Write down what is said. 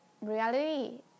reality